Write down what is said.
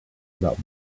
about